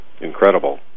incredible